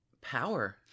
Power